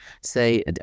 say